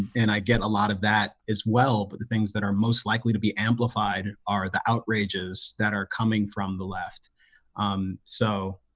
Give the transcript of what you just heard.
and i get a lot of that as well but the things that are most likely to be amplified are the outrages that are coming from the left um, so